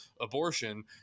abortion